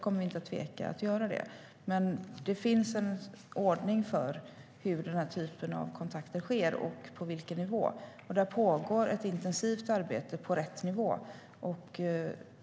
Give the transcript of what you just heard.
Men det finns en ordning för hur den här typen av kontakter sker och på vilken nivå, och det pågår ett intensivt arbete på rätt nivå.